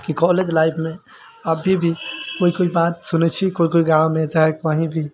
की college लाइफमे अभी भी कोइ कोइ बात सुनै छी कोइ कोइ गाँव मे चाहे कही भी